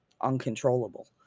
uncontrollable